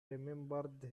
remembered